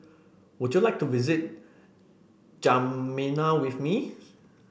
would you like to visit N'Djamena with me